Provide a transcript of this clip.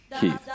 Keith